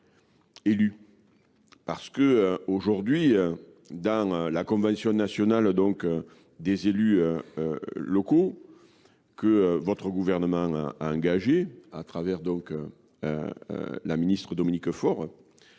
élu. Parce qu'aujourd'hui, dans la Convention nationale des élus locaux que votre gouvernement a engagé, à travers la ministre Dominique Faure,